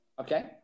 Okay